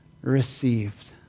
received